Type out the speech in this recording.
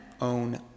own